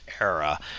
era